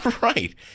Right